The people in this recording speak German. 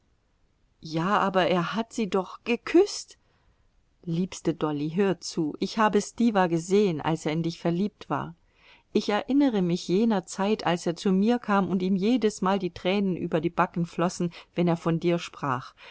ja aber er hat sie doch geküßt liebste dolly hör zu ich habe stiwa gesehen als er in dich verliebt war ich erinnere mich jener zeit als er zu mir kam und ihm jedesmal die tränen über die backen flossen wenn er von dir sprach